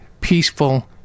peaceful